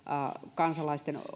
kansalaisten